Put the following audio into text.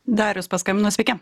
darius paskambino sveiki